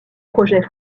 projet